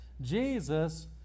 Jesus